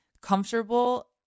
comfortable